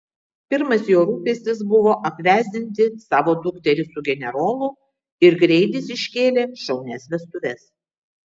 pirmas jo rūpestis buvo apvesdinti savo dukterį su generolu ir greit jis iškėlė šaunias vestuves